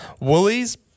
Woolies